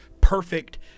perfect